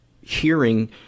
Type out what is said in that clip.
hearing